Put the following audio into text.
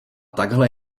takhle